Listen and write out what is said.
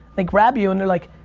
they grab you and they're like,